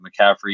McCaffrey